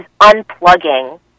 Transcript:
unplugging